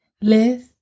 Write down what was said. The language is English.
Liz